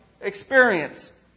experience